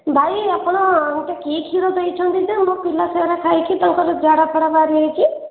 ଭାଇ ଆପଣ ମୋତେ କି କ୍ଷୀର ଦେଇଛନ୍ତି ଯେ ମୋ ପିଲା ସେଇଟା ଖାଇକି ତାଙ୍କର ଝାଡା ଫାଡା ବାହାରିଯାଇଛି